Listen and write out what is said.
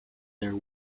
their